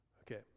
okay